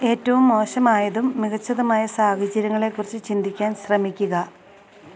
ഏറ്റവും മോശമായതും മികച്ചതുമായ സാഹചര്യങ്ങളെക്കുറിച്ച് ചിന്തിക്കാൻ ശ്രമിക്കുക